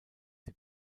sie